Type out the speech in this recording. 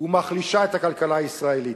ומחלישה את הכלכלה הישראלית.